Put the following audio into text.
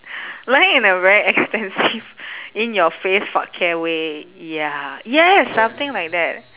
lying in a very expensive in your face fuck care way ya yes something like that